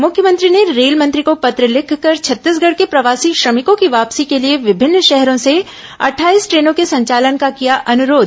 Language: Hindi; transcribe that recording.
मुख्यमंत्री ने रेल मंत्री को पत्र लिखकर छत्तीसगढ़ के प्रवासी श्रमिकों की वापसी के लिए विभिन्न शहरों से अटठाईस ट्रेनों के संचालन का किया अनुरोध